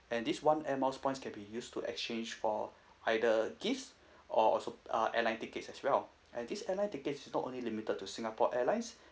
and this one air miles points can be used to exchange for either gifts or also uh airline tickets as well and this airlines ticket is not only limited to singapore airlines